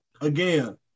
again